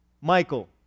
Michael